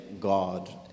God